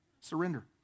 surrender